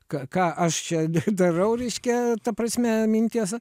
ką ką aš čia da darau reiškia ta prasme minties